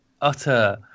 utter